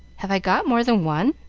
have i got more than one?